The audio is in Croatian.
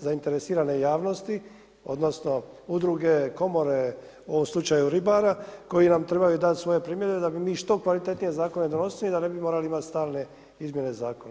zainteresirane javnosti, odnosno udruge, komore u ovom slučaju ribara koji nam trebaju dati svoje primjedbe da bi mi što kvalitetnije zakone donosili, da ne bi morali imati stalne izmjene zakona.